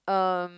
um